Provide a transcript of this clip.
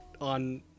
on